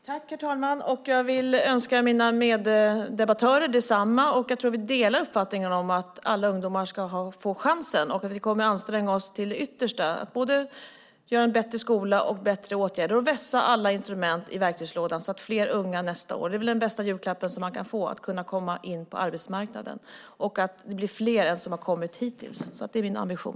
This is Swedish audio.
Herr talman! Jag vill önska mina meddebattörer detsamma. Jag tror att vi delar uppfattningen om att alla ungdomar ska få chansen. Vi kommer att anstränga oss till det yttersta för att både göra en bättre skola och vidta bättre åtgärder. Vi ska vässa alla instrument i verktygslådan så att fler unga nästa år kan komma in på arbetsmarknaden. Det är väl den bästa julklapp man kan få! Det ska bli fler än hittills som kommer in; det är min ambition.